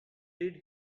did